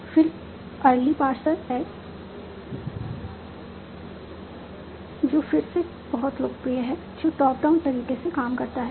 फिर early parser है जो फिर से बहुत लोकप्रिय है जो टॉप डाउन तरीके से काम करता है